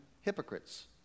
hypocrites